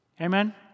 Amen